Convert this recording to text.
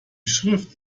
schrift